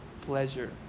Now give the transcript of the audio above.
pleasure